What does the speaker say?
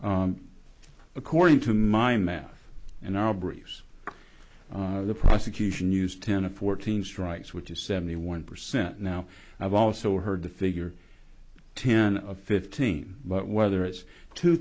one according to my math in our briefs the prosecution used ten to fourteen strikes which is seventy one percent now i've also heard the figure ten of fifteen but whether it's two